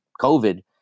COVID